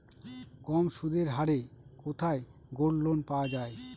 কম সুদের হারে কোথায় গোল্ডলোন পাওয়া য়ায়?